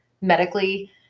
medically